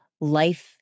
life